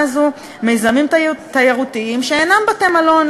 הזאת מיזמים תיירותיים שאינם בתי-מלון,